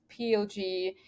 PLG